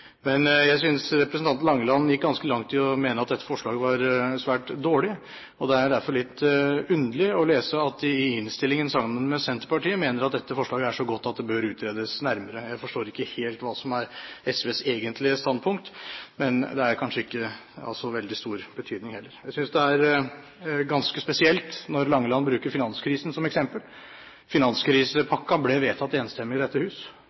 Men jeg synes representanten Langeland gikk ganske langt i å mene at dette forslaget var svært dårlig. Det er derfor litt underlig å lese i innstillingen at de sammen med Senterpartiet mener at dette forslaget er så godt at det bør utredes nærmere. Jeg forstår ikke helt hva som er SVs egentlige standpunkt, men det er kanskje ikke av så veldig stor betydning heller. Jeg synes det er ganske spesielt når Langeland bruker finanskrisen som eksempel. Finanskrisepakken ble vedtatt enstemmig i dette hus.